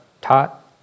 taught